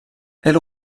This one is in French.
elle